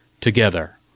together